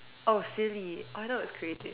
oh silly I thought it was creative